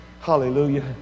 Hallelujah